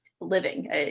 living